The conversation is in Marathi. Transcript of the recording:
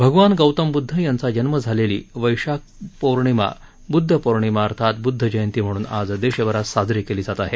भगवान गौतम बुद्ध यांचा जन्म झालेली वैशाख पौर्णिमा बुद्ध पौर्णिमा अर्थात बुद्ध जयंती म्हणून आज देशभरात साजरी केली जात आहे